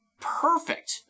perfect